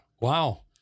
Wow